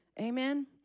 Amen